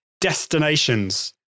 destinations